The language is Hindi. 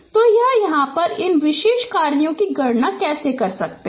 तो यह है कि हम इन विशेष कार्यों की गणना कैसे कर सकते हैं